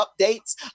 updates